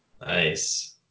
Nice